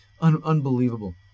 Unbelievable